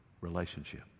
relationship